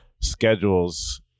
schedules